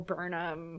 Burnham